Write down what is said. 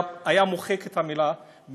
היה מוחק את המילה "במשתמע".